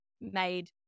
made